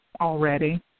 already